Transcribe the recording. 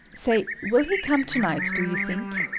say, will he come to-night, do you think?